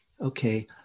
okay